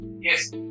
Yes